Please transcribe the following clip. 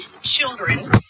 children